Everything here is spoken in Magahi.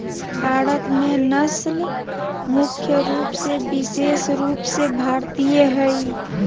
भारत में नस्ल मुख्य रूप से विशेष रूप से भारतीय हइ